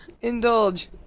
Indulge